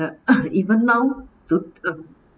and even now to